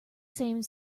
same